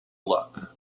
look